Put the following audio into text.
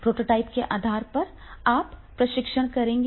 prototype के आधार पर आप परीक्षण करेंगे